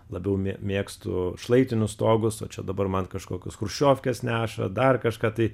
labiau mėgstu šlaitinius stogus o čia dabar man kažkokias chruščiovkes neša dar kažką tai